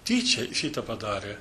tyčia šitą padarė